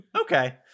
okay